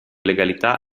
legalità